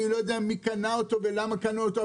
אני לא יודע מי קנה אותו ולמה קנו אותו,